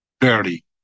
barely